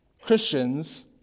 Christians